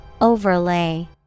Overlay